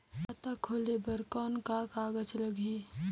खाता खोले बर कौन का कागज लगही?